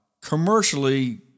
commercially